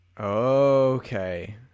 Okay